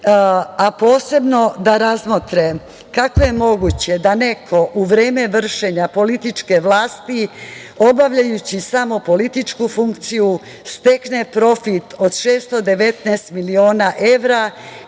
a posebno da razmotre kako je moguće da neko u vreme vršenja političke vlasti, obavljajući samo političku funkciju, stekne profit od 619 miliona evra